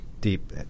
deep